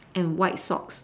and white socks